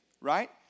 right